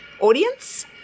audience